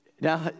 Now